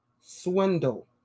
swindle